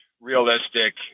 realistic